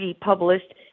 published